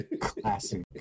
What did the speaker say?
classic